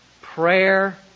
prayer